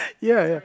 ya ya